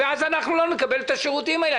-- ואז אנחנו לא נקבל את השירותים האלה.